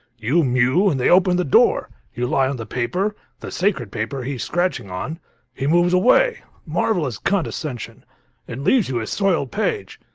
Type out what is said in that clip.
you mew, and they open the door. you lie on the paper the sacred paper he's scratching on he moves away, marvelous condescension and leaves you his soiled page.